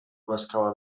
głaskała